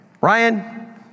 Ryan